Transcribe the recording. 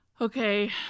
Okay